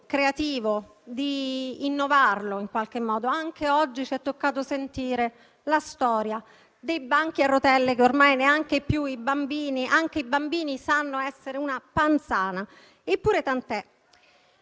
creativo di innovarlo in qualche modo. Anche oggi ci è toccato sentire la storia dei banchi a rotelle, che ormai anche i bambini sanno essere una panzana. Eppure, tant'è.